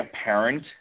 apparent